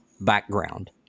background